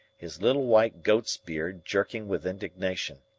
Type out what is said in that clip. his little white goat's beard jerking with indignation.